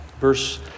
Verse